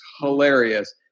hilarious